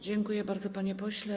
Dziękuję bardzo, panie pośle.